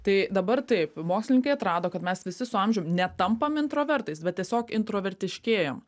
tai dabar taip mokslininkai atrado kad mes visi su amžium netampam introvertais bet tiesiog introvertiškėjam